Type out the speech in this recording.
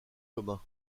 commun